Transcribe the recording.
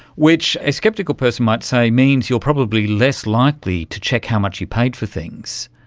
which a sceptical person might say means you are probably less likely to check how much you paid for things.